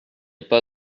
pas